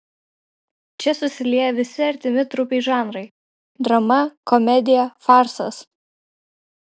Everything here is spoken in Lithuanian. čia susilieja visi artimi trupei žanrai drama komedija farsas